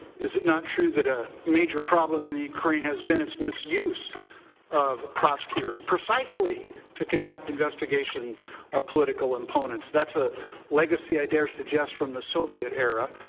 is it not true that a major problem in ukraine has been its misuse of prosecutors, precisely to conduct investigations of ah political and opponents? that's a legacy i dare suggest from the soviet era.